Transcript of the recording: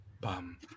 bum